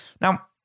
Now